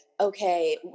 okay